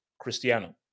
Cristiano